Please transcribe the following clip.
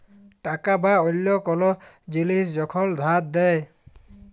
টাকা বা অল্য কল জিলিস যখল ধার দেয়